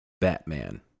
Batman